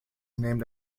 named